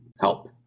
help